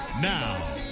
Now